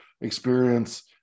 experience